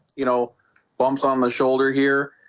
you know bumps on the shoulder here